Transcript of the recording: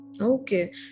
okay